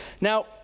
Now